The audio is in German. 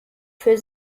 für